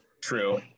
true